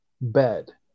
bed